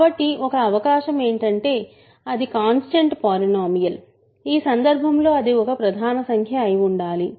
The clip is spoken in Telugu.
కాబట్టి ఒక అవకాశం ఏంటంటే అది కాన్స్టెంట్ పాలినోమియల్ ఈ సందర్భంలో అది ఒక ప్రధాన సంఖ్య అయి ఉండాలి